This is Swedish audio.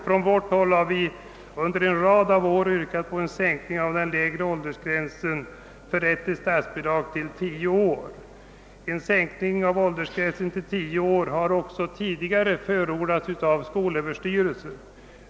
Från centern har vi under en följd av år yrkat på en sänkning av den lägre åldersgränsen till 10 år för rätt till stats bidrag. En sådan sänkning har också tidigare förordats av skolöverstyrelsen.